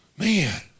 Man